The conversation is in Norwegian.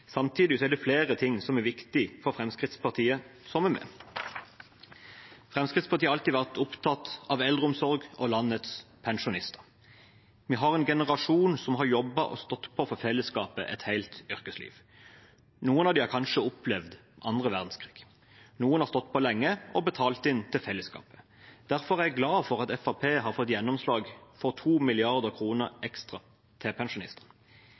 er det flere ting som er viktige for Fremskrittspartiet, som er med. Fremskrittspartiet har alltid vært opptatt av eldreomsorg og landets pensjonister. Vi har en generasjon som har jobbet og stått på for fellesskapet et helt yrkesliv. Noen av dem har kanskje opplevd annen verdenskrig. Noen har stått på lenge og betalt inn til fellesskapet. Derfor er jeg glad for at Fremskrittspartiet har fått gjennomslag for 2 mrd. kr ekstra til pensjonistene.